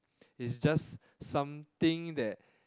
its just something that